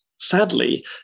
Sadly